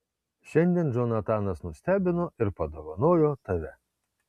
šiandien džonatanas nustebino ir padovanojo tave